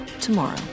tomorrow